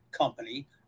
company